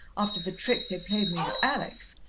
after the trick they played me with alex,